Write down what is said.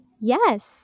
Yes